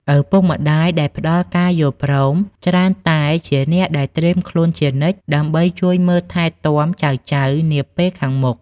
ឪពុកម្ដាយដែលផ្ដល់ការយល់ព្រម ច្រើនតែជាអ្នកដែលត្រៀមខ្លួនជានិច្ចដើម្បីជួយមើលថែទាំចៅៗនាពេលខាងមុខ។